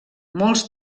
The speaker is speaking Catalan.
molts